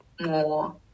more